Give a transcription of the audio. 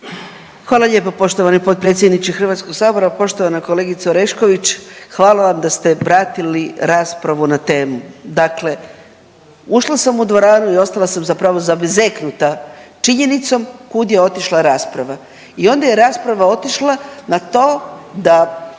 Hvala lijepo poštovani potpredsjedniče Hrvatskog sabora, poštovana kolegice Orešković. Hvala vam da ste pratili raspravu na temu. Dakle, ušla sam u dvoranu i ostala sam zapravo zabezeknuta činjenicom kud je otišla rasprava. I onda je rasprava otišla na to da